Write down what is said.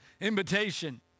Invitation